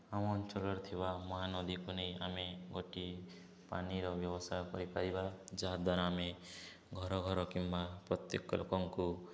ଆମ ଅଞ୍ଚଳରେ ଥିବା ମହାନଦୀକୁ ନେଇ ଆମେ ଗୋଟିଏ ପାଣିର ବ୍ୟବସାୟ କରିପାରିବା ଯାହା ଦ୍ୱାରା ଆମେ ଘର ଘର କିମ୍ବା ପ୍ରତ୍ୟେକ ଲୋକଙ୍କୁ